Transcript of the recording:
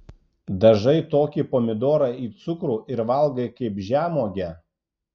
dažai tokį pomidorą į cukrų ir valgai kaip žemuogę